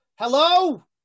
Hello